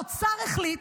האוצר החליט,